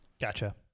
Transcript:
Gotcha